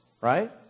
right